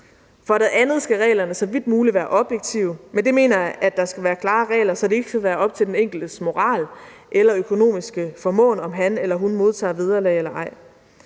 For det andet skal reglerne så vidt muligt være objektive, og med det mener jeg, at der skal være klare regler, så det ikke skal være op til den enkeltes moral eller økonomiske formåen, om han eller hun modtager vederlag eller ej.